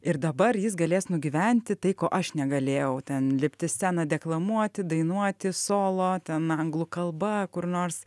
ir dabar jis galės nugyventi tai ko aš negalėjau ten lipt į sceną deklamuoti dainuoti solo ten anglų kalba kur nors